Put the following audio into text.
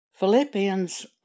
Philippians